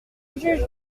juge